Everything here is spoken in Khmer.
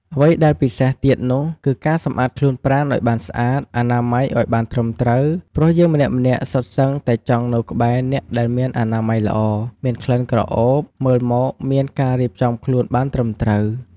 អ្វីដែលពិសេសទៀតនោះគឺការសម្អាតខ្លួនប្រាណឱ្យបានស្អាត អនាម័យឱ្យបានត្រឹមត្រូវ ព្រោះយើងម្នាក់ៗសុទ្ធសឹងតែចង់នៅក្បែរអ្នកដែលមានអនាម័យល្អ មានក្លិនក្រអូប មើលមកមានការរៀបចំខ្លួនបានត្រឹមត្រូវ។